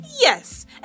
yes